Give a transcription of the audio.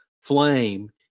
flame